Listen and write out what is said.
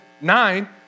nine